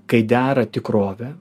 kai dera tikrovė